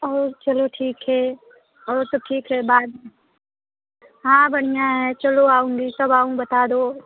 और चलो ठीक है और सब ठीक है बाय हाँ बढ़िया है चलो आऊँगी कब आऊँ बता दो